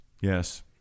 Yes